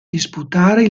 disputare